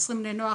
עשרים בני נוער,